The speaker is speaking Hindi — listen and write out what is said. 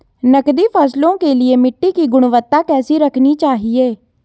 नकदी फसलों के लिए मिट्टी की गुणवत्ता कैसी रखनी चाहिए?